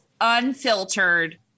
unfiltered